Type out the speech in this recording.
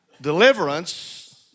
deliverance